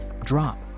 drop